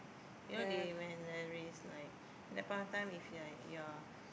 you know they when there is like at the point of time if like you're